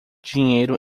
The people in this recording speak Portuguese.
dinheiro